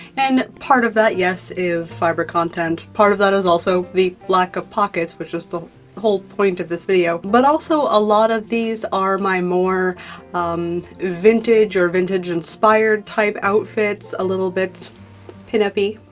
and part of that, yes, is fiber content. part of that is also the lack of pockets, which is the whole point of this video, but also, a lot of these are my more vintage or vintage-inspired type outfits, a little bit pin-up-y,